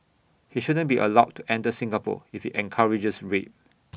he shouldn't be allowed to enter Singapore if he encourages rape